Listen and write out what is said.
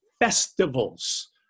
festivals